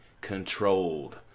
controlled